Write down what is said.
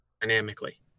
dynamically